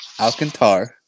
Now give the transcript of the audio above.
Alcantar